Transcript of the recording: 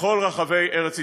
בכל רחבי ארץ ישראל,